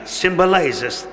symbolizes